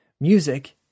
Music